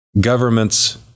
governments